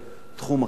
תחום אחר,